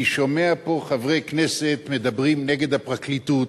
אני שומע פה חברי כנסת מדברים נגד הפרקליטות,